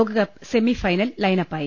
ലോകകപ്പ് സെമിഫൈനൽ ലൈൻഅപ്പായി